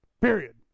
Period